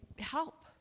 help